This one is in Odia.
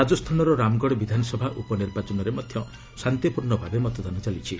ରାଜସ୍ଥାନର ରାମଗଡ଼ ବିଧାନସଭା ଉପନିର୍ବାଚନରେ ମଧ୍ୟ ଶାନ୍ତିପୂର୍ଣ୍ଣ ଭାବେ ମତଦାନ ଚାଲିଛି